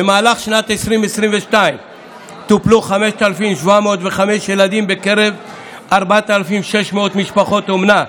במהלך שנת 2022 טופלו 5,705 ילדים בקרב 4,600 משפחות אומנה.